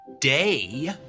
day